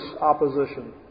opposition